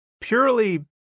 purely